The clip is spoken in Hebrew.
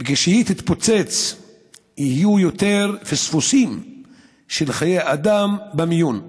כשהיא תתפוצץ יהיו יותר פספוסים של חיי אדם במיון.